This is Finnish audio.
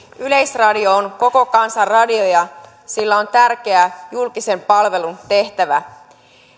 yleisradio on koko kansan radio ja sillä on tärkeä julkisen palvelun tehtävä